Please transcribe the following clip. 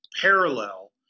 parallel